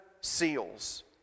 seals